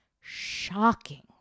shocking